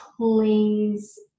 please